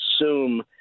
assume